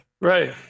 Right